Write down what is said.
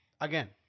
again